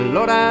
Lord